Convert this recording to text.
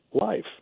life